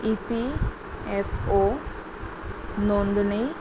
इ P F O नोंदणी